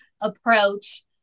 approach